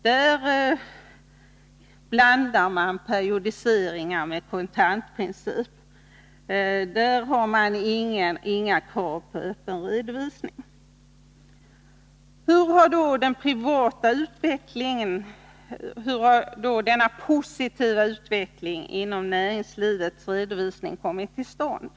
Där blandar man periodiseringar med kontantprinciper, och där har man inga krav på öppen redovisning. Hur har då denna positiva utveckling inom näringslivets redovisning kommit till stånd?